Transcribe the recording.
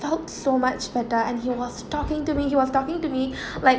felt so much better and he was talking to me he was talking to me like